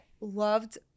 loved